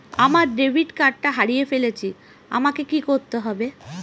আমার ডেবিট কার্ডটা হারিয়ে ফেলেছি আমাকে কি করতে হবে?